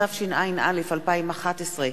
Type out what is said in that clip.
התשע”א 2011,